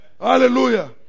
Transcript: Hallelujah